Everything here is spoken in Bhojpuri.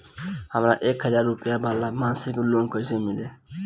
हमरा एक हज़ार रुपया वाला मासिक लोन कईसे मिली?